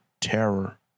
terror